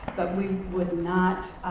but we would not